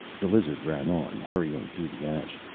the lizard ran on, hurrying through the ash.